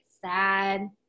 sad